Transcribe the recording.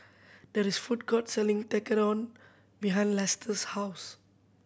that is the food court selling Tekkadon behind Lester's house